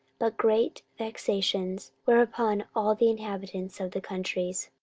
but great vexations were upon all the inhabitants of the countries.